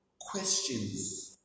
questions